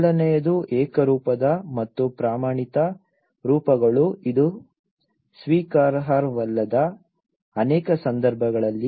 ಮೊದಲನೆಯದು ಏಕರೂಪದ ಮತ್ತು ಪ್ರಮಾಣಿತ ರೂಪಗಳು ಇದು ಸ್ವೀಕಾರಾರ್ಹವಲ್ಲದ ಅನೇಕ ಸಂದರ್ಭಗಳಲ್ಲಿ